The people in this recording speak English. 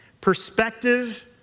Perspective